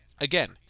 Again